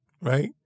right